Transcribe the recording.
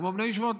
כמו בני הישיבות,